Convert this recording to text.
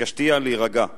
ביקשתיה להירגע.